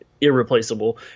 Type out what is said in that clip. irreplaceable